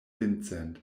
vincent